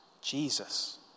Jesus